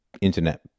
Internet